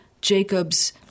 Jacob's